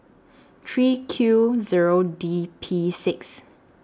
three Q Zero D P six